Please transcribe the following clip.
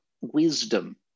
wisdom